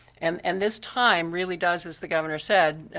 and and this time really does, as the governor said,